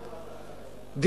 אדום.